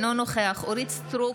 אינו נוכח אורית מלכה סטרוק,